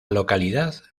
localidad